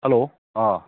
hello ꯑꯥ